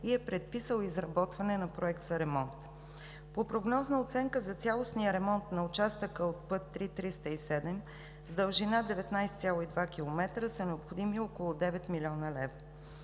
и е предписал изработване на проект за ремонт. По прогнозна оценка за цялостния ремонт на участъка от път III-307 с дължина 19,2 км са необходими около 10 млн. лв.